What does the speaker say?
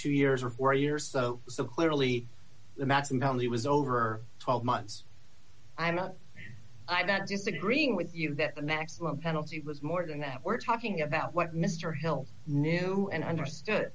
years or four years so so clearly the maximum he was over twelve months i'm not i that disagreeing with you that the maximum penalty was more than that we're talking about what mr hill knew and understood